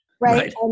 right